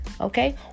Okay